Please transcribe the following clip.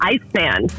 Iceman